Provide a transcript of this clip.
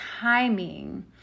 timing